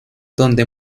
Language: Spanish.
donde